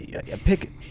pick